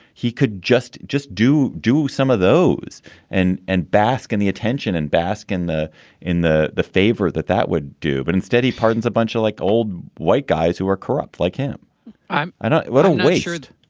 he could just just do do some of those and and bask in the attention and bask in the in the the favor that that would do. but instead, he pardons a bunch of like old white guys who are corrupt like him i'm ah not but a wizard.